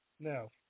Now